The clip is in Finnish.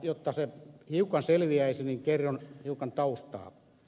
jotta se hiukan selviäisi kerron hiukan taustaa